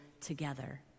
together